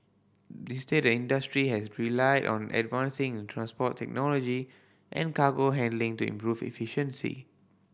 instead industry has relied on advances in transport technology and cargo handling to improve efficiency